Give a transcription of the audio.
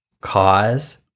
cause